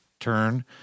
turn